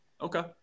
okay